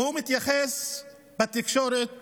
והוא מתייחס בתקשורת